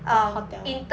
hotel